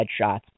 headshots